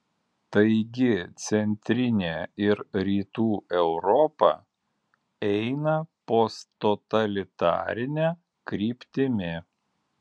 taigi centrinė ir rytų europa eina posttotalitarine kryptimi